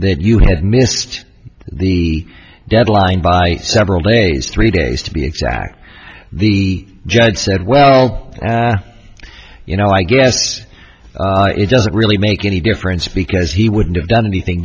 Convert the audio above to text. that you had missed the deadline by several days three days to be exact the judge said well you know i guess it doesn't really make any difference because he wouldn't have done anything